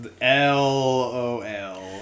L-O-L